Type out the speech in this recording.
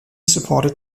supported